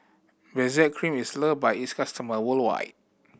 Benzac Cream is loved by its customers worldwide